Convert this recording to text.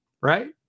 right